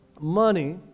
Money